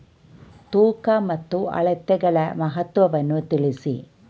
ತೂಕ ಮತ್ತು ಅಳತೆಗಳ ಮಹತ್ವವನ್ನು ತಿಳಿಸಿ?